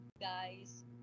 guys